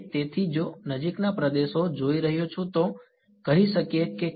તેથી જો નજીકના પ્રદેશો જોઈ રહ્યો છું તો કહી શકીએ કે